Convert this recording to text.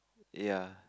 ya